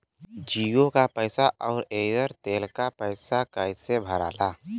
जीओ का पैसा और एयर तेलका पैसा कैसे भराला?